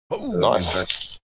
Nice